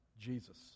Jesus